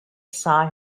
sigh